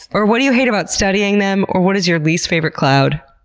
or what do you hate about studying them, or what is your least favorite cloud?